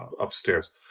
upstairs